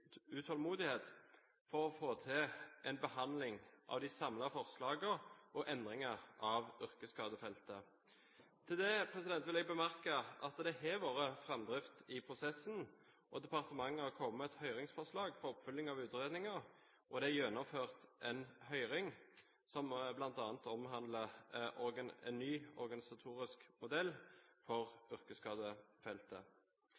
utålmodighet etter å få til behandling av en samlet vurdering av yrkesskadefeltet. Til det vil jeg bemerke at det har vært framdrift i prosessen, og departementet har kommet med høringsforslag om oppfølging av utredningen, og det er gjennomført en høring som bl.a. også omhandler en ny organisatorisk modell